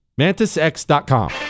MantisX.com